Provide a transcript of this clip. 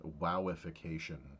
wowification